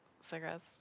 cigarettes